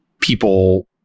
people